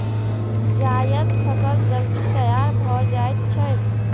जायद फसल जल्दी तैयार भए जाएत छैक